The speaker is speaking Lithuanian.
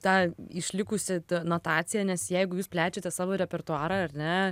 ta išlikusi notacija nes jeigu jūs plečiate savo repertuarą ar ne